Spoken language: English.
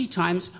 times